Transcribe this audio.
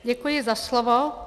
Děkuji za slovo.